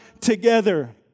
together